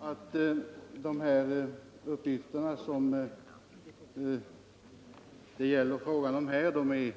Herr talman! Jag håller med fru Kristensson om att uppgifterna i polisoch kriminalregistren är